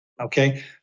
Okay